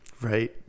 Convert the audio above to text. Right